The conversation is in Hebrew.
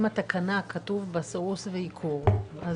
אם בתקנה כתוב סירוס ועיקור,